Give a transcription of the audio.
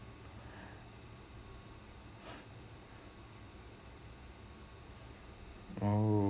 oh